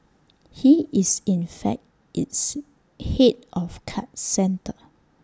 he is in fact its Head of card centre